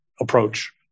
approach